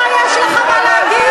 אתה יש לך מה להגיד?